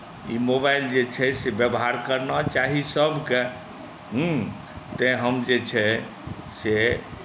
ई mobile जे छै से व्यवहार करना चाही सभकेँ हँ तैँ हम जे छै से